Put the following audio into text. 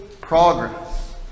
progress